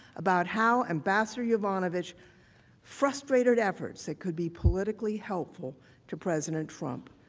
about how ambassador yovanovitch frustrated efforts that could be politically helpful to president trump.